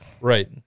Right